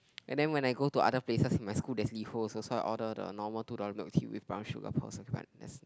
and then when I go to other places in my school there's Liho also so I order the normal two dollar milk tea with brown sugar pearls